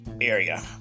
area